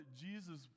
Jesus